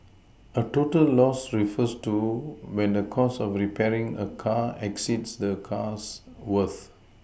a total loss refers to when the cost of repairing a car exceeds the car's worth